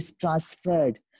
transferred